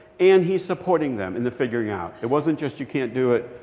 and he's supporting them in the figuring out. it wasn't just, you can't do it.